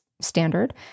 standard